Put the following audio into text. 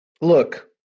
Look